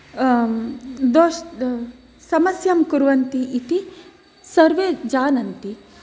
दोष् समस्यां कुर्वन्ति इति सर्वे जानन्ति